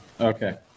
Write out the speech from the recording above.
okay